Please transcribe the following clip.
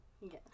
Yes